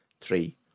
three